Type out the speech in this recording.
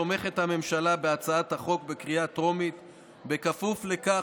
תומכת הממשלה בהצעת החוק בקריאה טרומית בכפוף לכך